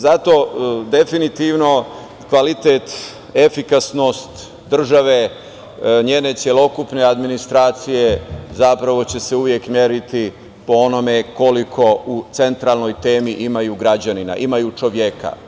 Zato definitivno kvalitet, efikasnost države, njene celokupne administracije zapravo će se uvek meriti po onome koliko u centralnoj temi imaju građanina, imaju čoveka.